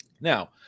Now